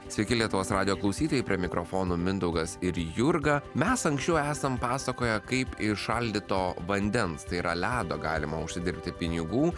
sveiki lietuvos radijo klausytojai prie mikrofono mindaugas ir jurga mes anksčiau esam pasakoję kaip iš šaldyto vandens tai yra ledo galima užsidirbti pinigų